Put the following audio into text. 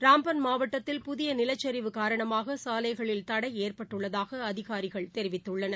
ராம்பன் மாவட்டத்தில் புதிய நிலச்சரிவு காரணமாக சாலைகளில் தடை ஏற்பட்டுள்ளதாக அதிகாரிகள் தெரிவித்துள்ளார்கள்